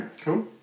cool